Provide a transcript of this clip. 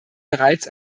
bereits